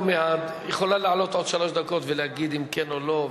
היא יכולה לעלות עוד לשלוש דקות ולהגיד אם כן או לא,